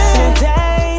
Today